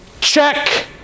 check